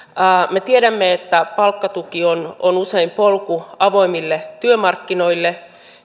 me tiedämme että palkkatuki on on usein polku avoimille työmarkkinoille